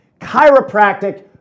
chiropractic